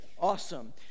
Awesome